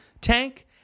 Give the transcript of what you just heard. tank